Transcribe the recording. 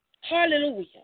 Hallelujah